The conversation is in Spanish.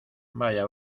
vaya